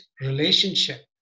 relationship